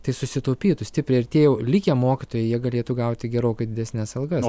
tai susitaupytų stipriai ir tie jau likę mokytojai jie galėtų gauti gerokai didesnes algas